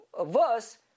verse